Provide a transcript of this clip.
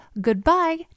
goodbye